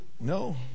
No